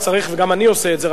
וגם אני עושה את זה,